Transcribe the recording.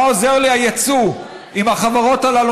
מה עוזר לי היצוא אם החברות הללו